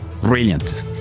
Brilliant